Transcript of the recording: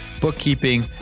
bookkeeping